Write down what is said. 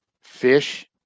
fish